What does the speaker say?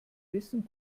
wissen